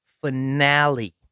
finale